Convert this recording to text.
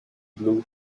blue